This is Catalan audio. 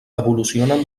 evolucionen